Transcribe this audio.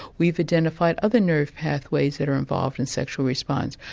we've identified other nerve pathways that are involved in sexual response.